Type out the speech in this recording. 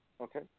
Okay